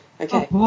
Okay